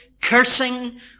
cursing